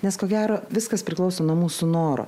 nes ko gero viskas priklauso nuo mūsų norų